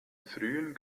frühen